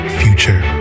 future